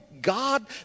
God